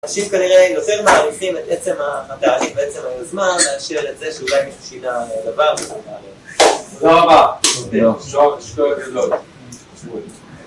אנשים כנראה יוצאים מעריכים את עצם התהליך ועצם היוזמה מאשר את זה שאולי מישהו שיידע על הדבר הזה תודה רבה תודה שויין, יישכויח גדול